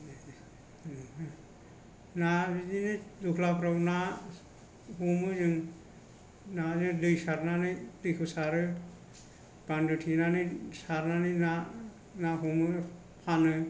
ना बिदिनो दहलाफ्राव ना हमो जों ना दै सारनानै दैखौ सारो बानदो थेनानै सारनानै ना ना हमो फानो